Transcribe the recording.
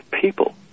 people